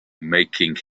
making